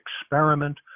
experiment